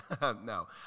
no